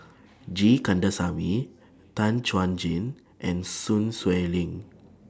G Kandasamy Tan Chuan Jin and Sun Xueling